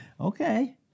Okay